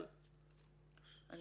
אבל, בסדר, נמשיך.